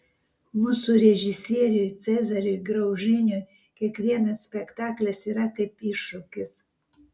mūsų režisieriui cezariui graužiniui kiekvienas spektaklis yra kaip iššūkis